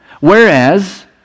Whereas